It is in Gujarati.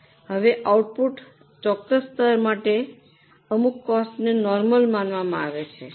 હવે આઉટપુટના ચોક્કસ સ્તર માટે અમુક કોસ્ટને નોર્મલ માનવામાં આવે છે